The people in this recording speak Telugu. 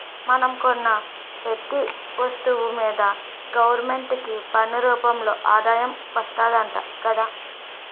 మనం కొన్న పెతీ ఒస్తువు మీదా గవరమెంటుకి పన్ను రూపంలో ఆదాయం వస్తాదట గదా